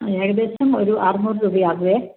ആ ഏകദേശം ഒരു അറുന്നൂറ് രൂപ ആകുവേ